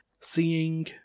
seeing